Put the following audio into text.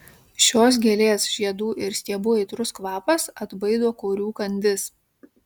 šios gėlės žiedų ir stiebų aitrus kvapas atbaido korių kandis